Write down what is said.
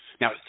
Now